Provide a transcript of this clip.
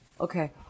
Okay